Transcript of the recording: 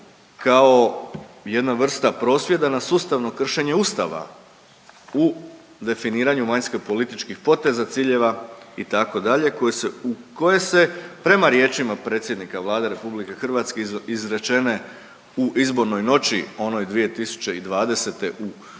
kao jedna vrsta prosvjeda na sustavnom kršenje Ustava u definiranju vanjskopolitičkih poteza, ciljeva itd. koje se prema riječima predsjednika Vlade RH izrečene u izbornoj noć onoj 2020. u siječnju